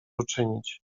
uczynić